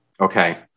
Okay